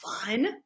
fun